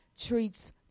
treats